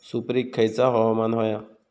सुपरिक खयचा हवामान होया?